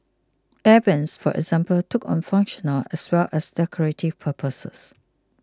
Air Vents for example took on functional as well as decorative purposes